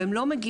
והם לא מגיעים.